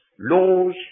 laws